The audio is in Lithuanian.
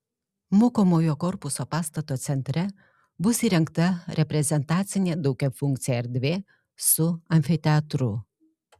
mokomojo korpuso pastato centre bus įrengta reprezentacinė daugiafunkcė erdvė su amfiteatru